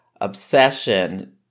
obsession